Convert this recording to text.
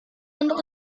untuk